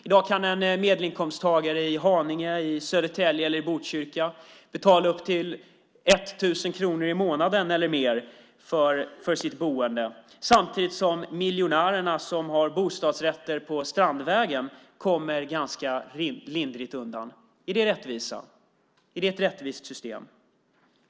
I dag kan en medelinkomsttagare i Haninge, i Södertälje eller i Botkyrka betala upp till 1 000 kronor i månaden eller mer i skatt för sitt boende samtidigt som miljonärerna som har bostadsrätter på Strandvägen kommer ganska lindrigt undan. Är det rättvisa? Är det ett rättvist system?